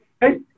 hey